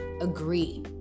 Agree